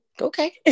okay